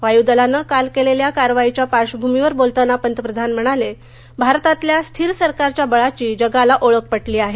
वायुदलानं काल केलेल्या कारवाईच्या पार्श्वभूमीवर बोलताना पंतप्रधान म्हणाले भारतातल्या स्थिर सरकारच्या बळाची जगाला ओळख पटली आहे